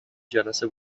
جلسه